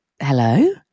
hello